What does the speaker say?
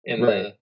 Right